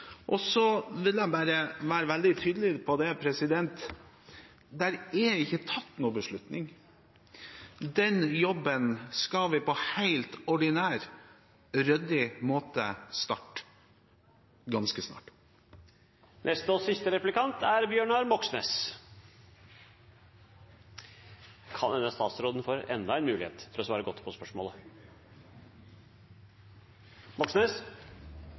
Så vil jeg bare være veldig tydelig på at det ikke er tatt noen beslutning. Den jobben skal vi på helt ordinær, ryddig måte starte ganske snart. Neste og siste replikant er Bjørnar Moxnes. Det kan hende at statsråden får enda en mulighet til å svare godt på spørsmålet.